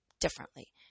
differently